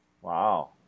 Wow